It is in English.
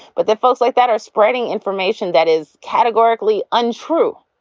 but the folks like that are spreading information that is categorically untrue.